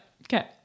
okay